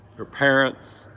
your parents,